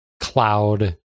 cloud